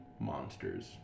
Monsters